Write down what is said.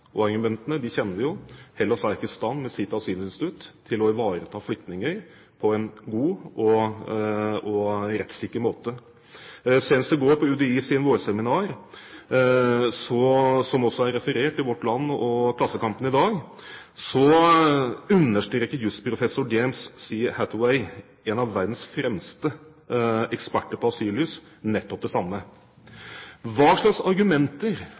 å ivareta flyktninger på en god og rettssikker måte. Senest i går, på UDIs vårseminar, som også er referert i Vårt Land og Klassekampen i dag, understreker jusprofessor James C. Hathaway, en av verdens fremste eksperter på asyljus, nettopp det samme. Hva slags argumenter